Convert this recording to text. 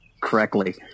correctly